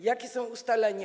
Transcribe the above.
Jakie są ustalenia?